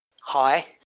hi